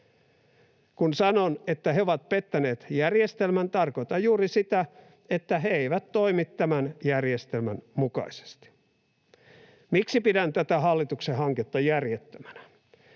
Kun sanon, että he ovat pettäneet järjestelmän, tarkoitan juuri sitä, että he eivät toimi tämän järjestelmän mukaisesti. Miksi pidän tätä hallituksen hanketta järjettömänä?